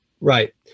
Right